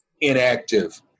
inactive